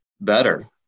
better